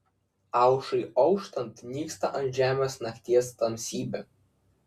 aušrai auštant nyksta ant žemės nakties tamsybė